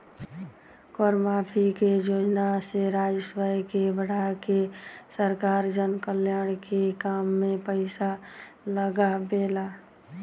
कर माफी के योजना से राजस्व के बढ़ा के सरकार जनकल्याण के काम में पईसा लागावेला